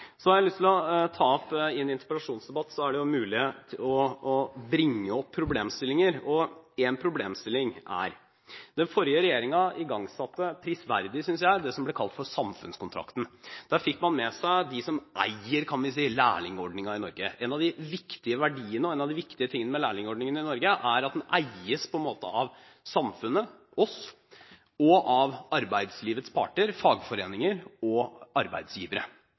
I en interpellasjonsdebatt er det jo mulig å ta opp problemstillinger, og én problemstilling er: Den forrige regjeringen igangsatte – prisverdig, synes jeg – det som ble kalt samfunnskontrakten. Der fikk man med seg dem som eier – kan vi si – lærlingordningen i Norge. En av de viktige verdiene og noe av det viktige med lærlingordningen i Norge er at den på en måte eies av samfunnet, oss, og av arbeidslivets parter – fagforeninger og arbeidsgivere.